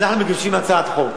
אנחנו מגישים הצעת חוק